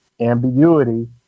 ambiguity